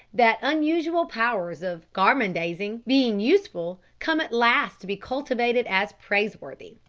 that unusual powers of gormandising, being useful, come at last to be cultivated as praiseworthy.